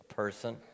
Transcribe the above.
Person